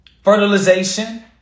Fertilization